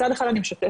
מצד אחד אני משתפת,